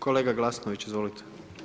Kolega Glasnović izvolite.